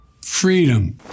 Freedom